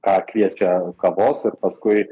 ką kviečia kavos ir paskui